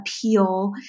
appeal